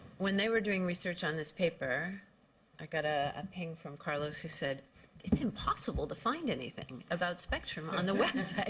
when they were doing research on this paper, i got a and ping from carlos who said it's impossible to find anything about spectrum on the website.